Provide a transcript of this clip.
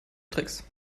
tricks